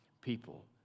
people